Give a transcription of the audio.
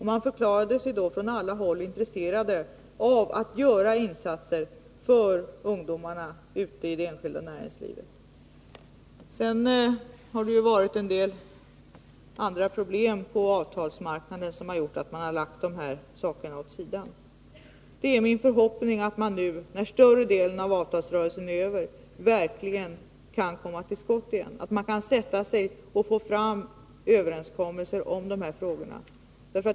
Man förklarade sig då från alla håll intresserad av att göra insatser för ungdomarna ute i det enskilda näringslivet. Sedan har det varit en del andra problem i avtalsrörelsen som gjort att man lagt dessa saker åt sidan. Det är min förhoppning att man nu, när större delen av avtalsrörelsen är över, verkligen kan komma till skott, att man sätter sig ned och får fram överenskommelser i de här frågorna.